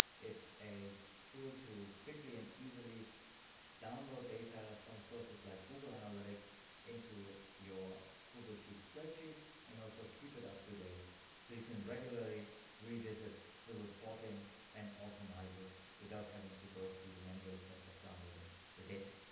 it's a tool to quickly and easily download data from sources like google analytics into your google sheets spreadsheet and also keep it up to date so you can regularly revisit the reporting and automatize it without having to go through the manual steps of downloading the data.